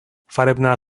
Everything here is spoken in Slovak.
farebná